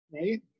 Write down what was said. Right